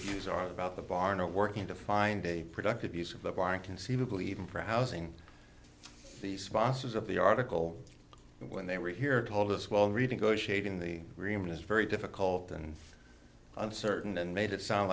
fees are about the barn or working to find a productive use of the park conceivable even for housing the sponsors of the article when they were here told us while reading go shading the room is very difficult and uncertain and made it sound